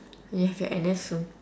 you have your N_S soon